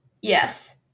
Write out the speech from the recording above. yes